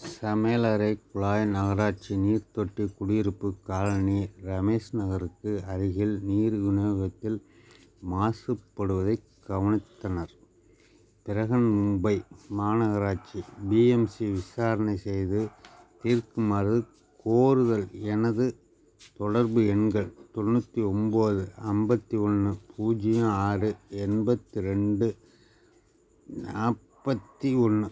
சமையலறை குழாய் நகராட்சி நீர் தொட்டி குடியிருப்புக் காலனி ரமேஷ் நகருக்கு அருகில் நீர் விநியோகத்தில் மாசுபடுவதைக் கவனித்தனர் பிரஹன் மும்பை மாநகராட்சி பிஎம்சி விசாரணை செய்து தீர்க்குமாறு கோருதல் எனது தொடர்பு எண்கள் தொண்ணூற்றி ஒன்போது ஐம்பத்தி ஒன்று பூஜ்ஜியம் ஆறு எண்பத்தி ரெண்டு நாற்பத்தி ஒன்று